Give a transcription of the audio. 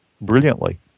brilliantly